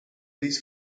these